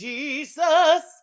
Jesus